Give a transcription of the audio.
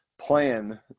plan